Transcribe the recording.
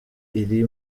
iri